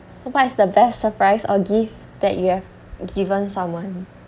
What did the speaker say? what's the best surprise or gift that you have given someone